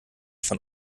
von